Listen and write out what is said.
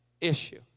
issue